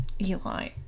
Eli